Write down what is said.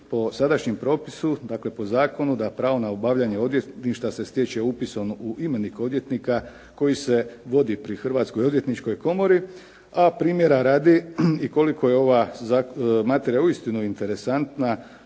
po sadašnjem propisu, dakle po zakonu da pravo na obavljanje odvjetništva se stječe upisom u imenik odvjetnika koji se vodi pri Hrvatskoj odvjetničkoj komori, a primjera radi i koliko je ova materija uistinu interesantna